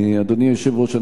אדוני היושב-ראש,